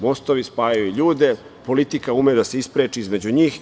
Mostovi spajaju ljude, a politika ume da se ispreči između njih.